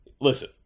Listen